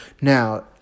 Now